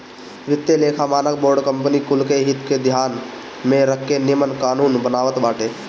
वित्तीय लेखा मानक बोर्ड कंपनी कुल के हित के ध्यान में रख के नियम कानून बनावत बाटे